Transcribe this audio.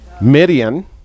Midian